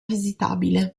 visitabile